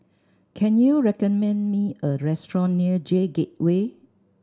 can you recommend me a restaurant near J Gateway